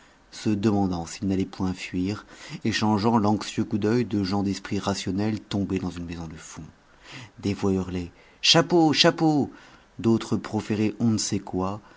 se demandant s'ils n'allaient point fuir échangeant l'anxieux coup d'œil de gens d'esprit rationnel tombés dans une maison de fous des voix hurlaient chapeau chapeau d'autres proféraient on ne sait quoi